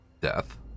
death